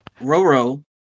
Roro